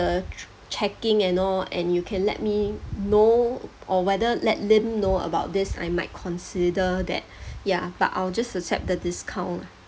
the ch~ checking and all and you can let me know or whether let lim know about this I might consider that ya but I will just accept the discount